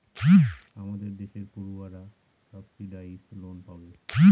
আমাদের দেশের পড়ুয়ারা সাবসিডাইস লোন পাবে